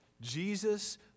Jesus